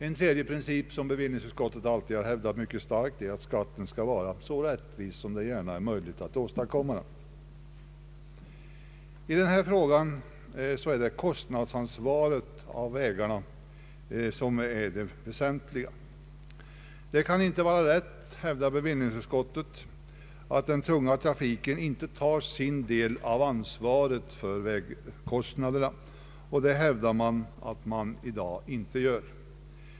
En tredje princip som bevillningsutskottet alltid hävdat mycket starkt är att skatten skall vara så rättvis som möjligt. I denna fråga är kostnadsansvaret för vägarna det väsentliga. Det kan inte vara rätt anser bevillningsutskottet, att den tunga trafiken inte tar sin del av ansvaret för vägkostnaderna. Det hävdar man i dag att den inte gör.